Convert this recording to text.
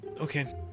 Okay